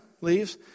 leaves